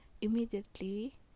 immediately